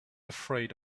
afraid